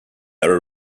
their